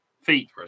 feet